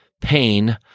Pain